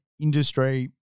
industry